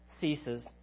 ceases